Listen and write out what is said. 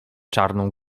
czarną